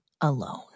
alone